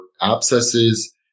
abscesses